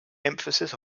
emphasis